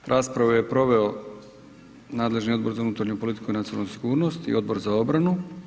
Raspravu je proveo nadležni Odbor za unutarnju politiku i nacionalnu sigurnost i Odbor za obranu.